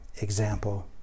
example